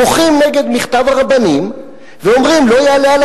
מוחים נגד מכתב הרבנים ואומרים: לא יעלה על